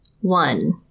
one